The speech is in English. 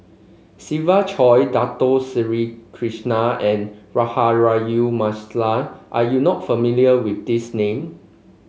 Siva Choy Dato Sri Krishna and Rahayu Mahzam are you not familiar with these name